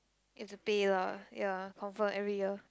you have to pay lah ya confirm every year